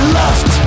left